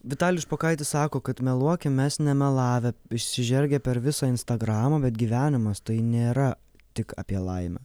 vitalijus špokaitis sako kad meluokim mes nemelavę išsižergę per visą instagramą bet gyvenimas tai nėra tik apie laimę